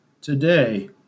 today